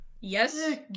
Yes